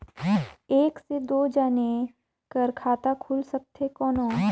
एक से दो जने कर खाता खुल सकथे कौन?